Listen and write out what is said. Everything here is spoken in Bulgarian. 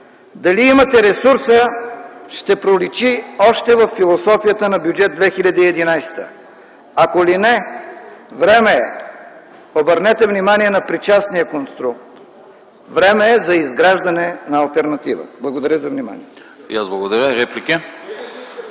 Дали имате ресурса, ще проличи още във философията на Бюджет 2011. Ако ли не, време е – обърнете внимание на причастния конструкт – време е за изграждане на алтернатива! Благодаря за вниманието.